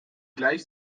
gleich